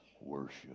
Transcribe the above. worship